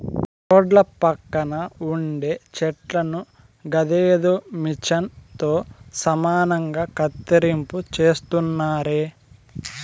రోడ్ల పక్కన ఉండే చెట్లను గదేదో మిచన్ తో సమానంగా కత్తిరింపు చేస్తున్నారే